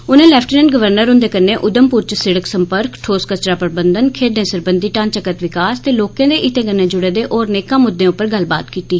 उनें lieutenant governor हुंदे कन्नै उधमपुर च सिड़क संपर्क ठोस कचरा प्रबंघन खेड्डें सरबंघी ढांचागत विकास ते लोकें दे हितै कन्नै जुड़े दे होर नेकां मुद्दें उप्पर गल्लबात कीत्ती